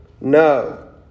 No